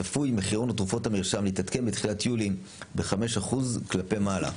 צפוי מחירון תרופות המרשם להתעדכן בתחילת יולי ב-5% כלפי מעלה.